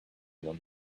one